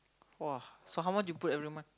!wah! so how much you put every month